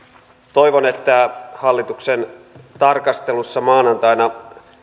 toivon että hallituksen tarkastelussa maanantaina